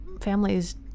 families